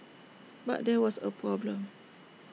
but there was A problem